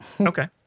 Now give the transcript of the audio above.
Okay